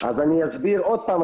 אני אסביר עוד פעם.